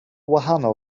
wahanol